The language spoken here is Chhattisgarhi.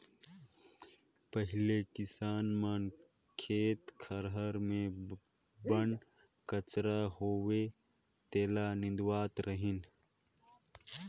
पहिले किसान मन खेत खार मे बन कचरा होवे तेला निंदवावत रिहन